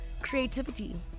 Creativity